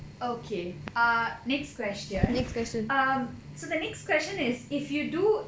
okay err next question um so the next question is if you do